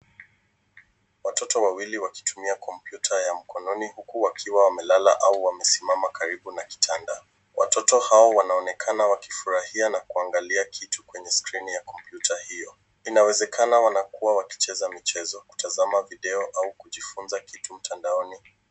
Watoto wawili wakitumia kompyuta ya mkononi huku wakiwa wamelala au wamesimama karibu na kitanda. Watoto hao wanaonekana wakifurahia na kuangalia kitu kwenye skrini ya kompyuta hiyo. Inawezekana wanakuwa wakicheza michezo, kutazama video au kujifunza kitu mtandaoni.